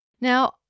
Now